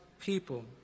people